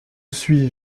suis